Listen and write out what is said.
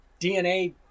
DNA